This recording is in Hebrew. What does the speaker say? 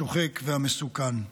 השוחק והמסוכן.